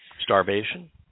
starvation